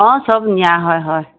অঁ চব নিয়া হয় হয়